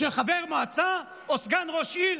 חבר מועצה או סגן ראש עיר,